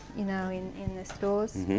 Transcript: you know in, in the stores.